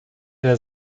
der